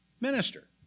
minister